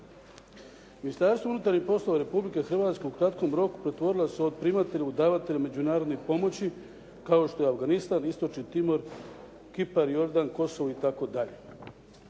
Ministarstvo unutarnjih poslova Republike Hrvatske u kratkom roku pretvorila se od primatelja u davatelja međunarodnih pomoći kao što je Afganistan, Istočni Timor, Kipar, Jordan, Kosovo itd.